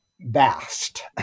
vast